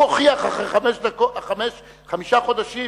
הוא הוכיח אחרי חמישה חודשים